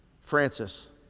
Francis